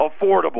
affordable